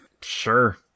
Sure